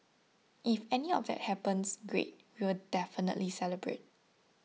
if any of that happens great we will definitely celebrate